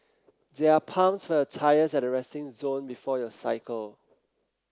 there are pumps for your tyres at the resting zone before you cycle